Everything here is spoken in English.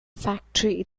factory